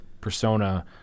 persona